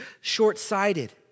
short-sighted